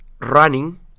running